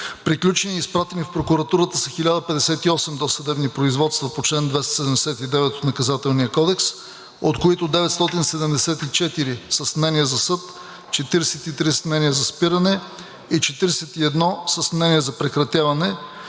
Приключени и изпратени в прокуратурата са 1058 досъдебни производства по чл. 279 от Наказателния кодекс, от които 974 са с мнение за съд, 43 – с мнение за спиране, и 41 – с мнение за прекратяване.